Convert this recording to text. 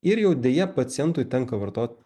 ir jau deja pacientui tenka vartot